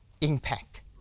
impact